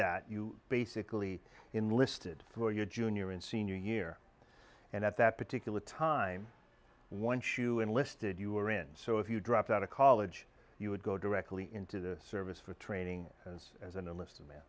that you basically enlisted through your junior and senior year and at that particular time one shoe enlisted you were in so if you dropped out of college you would go directly into the service for training as an enlisted man